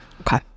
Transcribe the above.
Okay